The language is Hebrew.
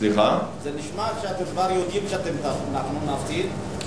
זה נשמע שאתם כבר יודעים שאנחנו נפסיד,